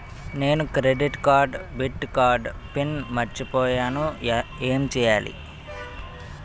నేను credit card debit card PIN మర్చిపోయేను ఎం చెయ్యాలి?